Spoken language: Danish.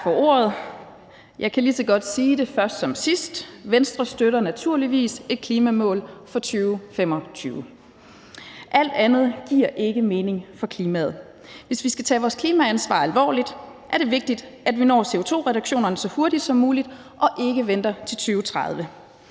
Tak for ordet. Jeg kan lige så godt sige det først som sidst: Venstre støtter naturligvis et klimamål for 2025, for alt andet giver ikke mening for klimaet. Hvis vi skal tage vores klimaansvar alvorligt, er det vigtigt, at vi når CO2-reduktionerne så hurtigt som muligt og ikke venter til 2030.